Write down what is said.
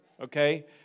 okay